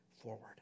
forward